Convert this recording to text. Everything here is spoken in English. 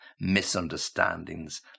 misunderstandings